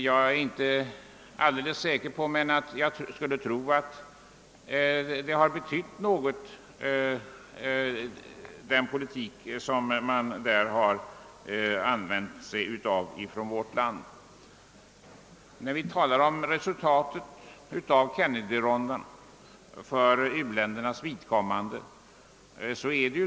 Jag skulle tro att denna vår politik har haft en viss betydelse.